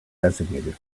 designated